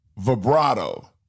vibrato